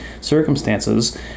circumstances